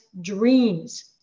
dreams